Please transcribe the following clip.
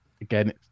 again